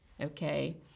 Okay